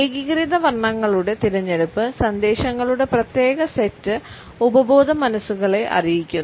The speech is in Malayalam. ഏകീകൃത വർണ്ണങ്ങളുടെ തിരഞ്ഞെടുപ്പ് സന്ദേശങ്ങളുടെ പ്രത്യേക സെറ്റ് ഉപബോധമനസ്സുകളെ അറിയിക്കുന്നു